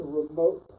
remote